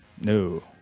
No